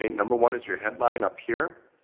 number one is your headline up here.